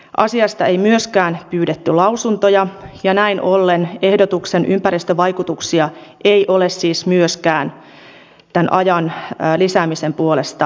asiasta ei myöskään pyydetty lausuntoja ja näin ollen ehdotuksen ympäristövaikutuksia ei ole myöskään tämän ajan lisäämisen puolesta arvioitu